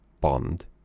bond